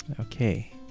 Okay